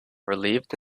relieved